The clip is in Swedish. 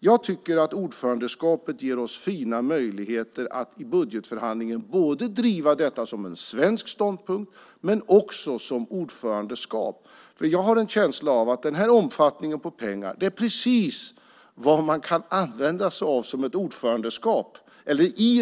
Jag tycker att ordförandeskapet ger oss fina möjligheter att i budgetförhandlingen driva detta som en svensk ståndpunkt men också som ordförandeskap. Jag har en känsla av att den här omfattningen av pengar är precis vad man kan använda sig av i